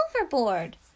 overboard